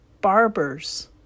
barbers